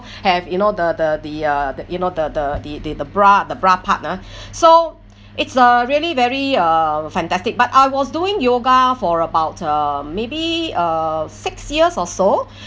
have you know the the the uh you know the the the the the bra the bra part ah so it's uh really very uh fantastic but I was doing yoga for about uh maybe uh six years or so